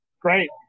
Great